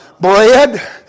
Bread